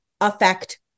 affect